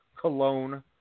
Cologne